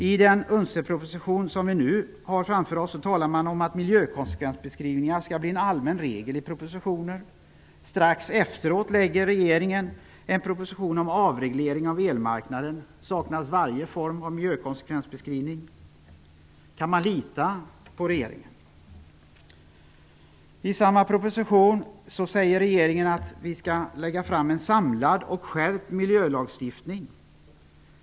I den här UNCED-propositionen talar man om att miljökonsekvensbeskrivningar skall bli en allmän regel i propositioner. Strax därefter lägger regeringen fram en proposition om avreglering av elmarknaden. Där saknas varje form av miljökonsekvensbeskrivning. Kan man lita på regeringen? I samma proposition säger regeringen att det skall läggas fram en samlad och skärpt miljölagstiftning.